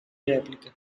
repliche